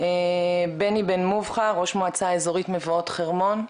בני בן מובחר, ראש מועצה אזורית, מבואות חרמון.